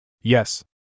Yes